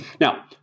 Now